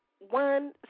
one